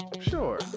Sure